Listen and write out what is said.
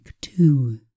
Two